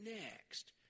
next